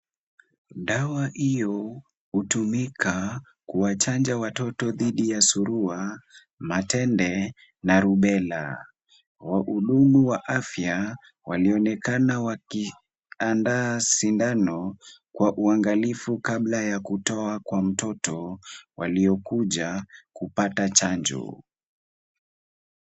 Dawa hiyo hutumika kuwachanja watoto dhidi ya suruwa, matende na rubella . Wahudumu wa afya walionekana wakiandaa sindano kwa uangalifu kabla ya kutoa kwa mtoto waliokuja kupata chanjo.